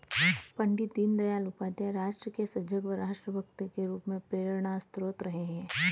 पण्डित दीनदयाल उपाध्याय राष्ट्र के सजग व राष्ट्र भक्त के रूप में प्रेरणास्त्रोत रहे हैं